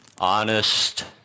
Honest